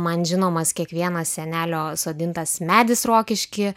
man žinomas kiekvienas senelio sodintas medis rokišky